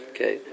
Okay